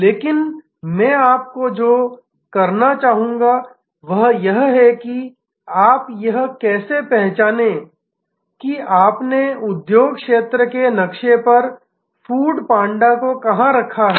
लेकिन मैं आपको जो करना चाहूंगा वह यह है कि आप यह कैसे पहचानें कि आपने उद्योग क्षेत्र के नक्शे पर फूड पांडा कहाँ रखा है